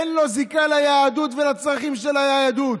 אין לו זיקה ליהדות ולצרכים של היהדות.